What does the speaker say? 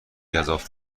گزاف